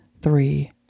three